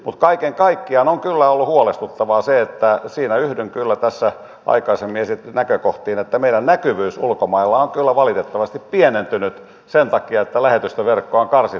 mutta kaiken kaikkiaan on kyllä ollut huolestuttavaa se siinä yhdyn kyllä tässä aikaisemmin esitettyihin näkökohtiin että meidän näkyvyytemme ulkomailla on valitettavasti pienentynyt sen takia että lähetystöverkkoa on karsittu rajusti